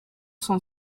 sont